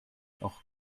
auch